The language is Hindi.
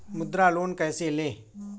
मुद्रा लोन कैसे ले?